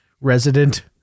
resident